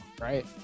Right